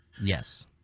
Yes